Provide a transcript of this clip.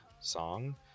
song